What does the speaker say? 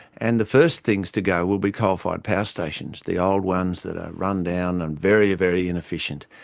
and the first things to go will be coal fired power stations, the old ones that are run-down and very, very inefficient.